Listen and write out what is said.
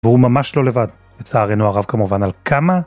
והוא ממש לא לבד, לצערנו הרב כמובן, על כמה